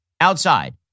outside